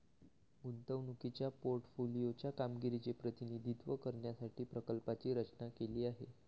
गुंतवणुकीच्या पोर्टफोलिओ च्या कामगिरीचे प्रतिनिधित्व करण्यासाठी प्रकल्पाची रचना केली आहे